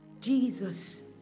Jesus